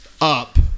up